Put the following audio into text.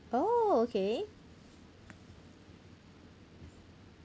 oh okay